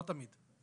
לא תמיד.